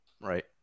Right